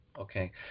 Okay